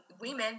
women